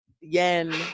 yen